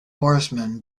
horseman